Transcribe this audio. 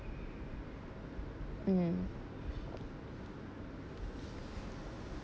mm